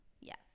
Yes